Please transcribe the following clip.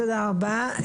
תודה רבה.